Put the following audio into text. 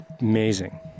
Amazing